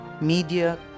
media